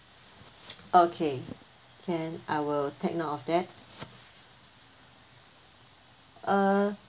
okay can I will take note of that uh